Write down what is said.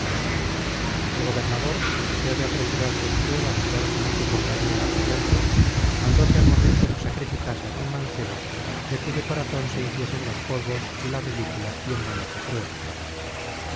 el gobernador con deseo de apresurar sus pruebas y dar felice compañía á periandro mandó que al momento se sacrificase aquel mancebo de cuyo corazon se hiciesen los polvos de la ridícula y engañosa prueba